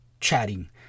chatting